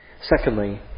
Secondly